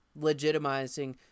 legitimizing